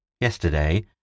Yesterday